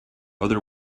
other